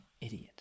idiot